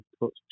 put